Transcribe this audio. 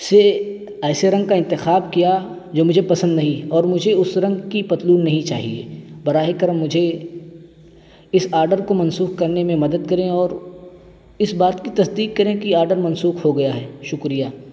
سے ایسے رنگ کا انتخاب کیا جو مجھے پسند نہیں اور مجھے اس رنگ کی پتلون نہیں چاہیے براہ کرم مجھے اس آڈر کو منسوخ کرنے میں مدد کریں اور اس بات کی تصدیق کریں کہ آڈر منسوخ ہو گیا ہے شکریہ